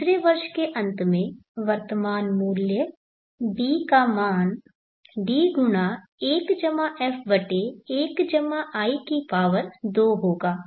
दूसरा वर्ष के अंत में वर्तमान मूल्य D का मान D1f1i2 होगा